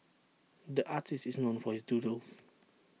the artist is known for his doodles